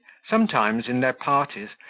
sometimes in their parties,